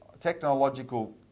technological